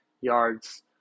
yards